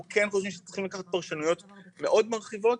אנחנו כן חושבים שצריכים לקחת פרשנויות מאוד מרחיבות